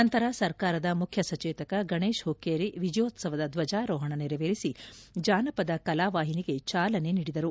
ನಂತರ ಸರ್ಕಾರದ ಮುಖ್ಯಸಚೇತಕ ಗಣೇಶ ಹುಕ್ಕೇರಿ ವಿಜಯೋತ್ಪ ವದ ಧ್ವಜಾರೋಹಣ ನೆರವೇರಿಸಿ ಜಾನಪದ ಕಲಾ ವಾಹಿನಿಗೆ ಚಾಲನೆ ನೀಡಿದರು